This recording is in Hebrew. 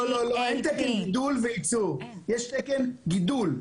לא, לא, אין תקן גידול וייצור, יש תקן גידול.